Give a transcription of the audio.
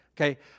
Okay